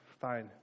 fine